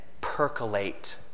percolate